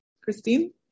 Christine